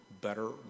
better